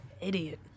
Idiot